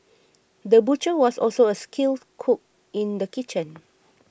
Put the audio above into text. the butcher was also a skilled cook in the kitchen